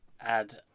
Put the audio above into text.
add